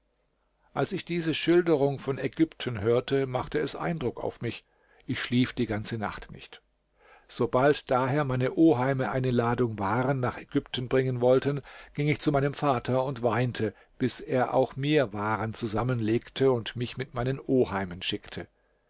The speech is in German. als ich diese schilderung von ägypten hörte machte es eindruck auf mich ich schlief die ganze nacht nicht sobald daher meine oheime eine ladung waren nach ägypten bringen wollten ging ich zu meinem vater und weinte bis er auch mir waren zusammenlegte und mich mit meinen oheimen schickte